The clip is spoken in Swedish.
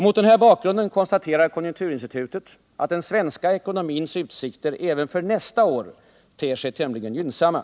Mot den här bakgrunden konstaterar konjunkturinstitutet att den svenska ekonomins utsikter även för nästa år ter sig tämligen gynnsamma.